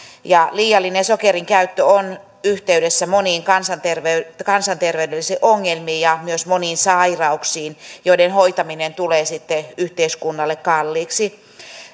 liiallinen sokerin käyttö on yhteydessä moniin kansanterveydellisiin kansanterveydellisiin ongelmiin ja myös moniin sairauksiin joiden hoitaminen tulee sitten yhteiskunnalle kalliiksi